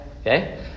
Okay